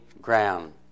ground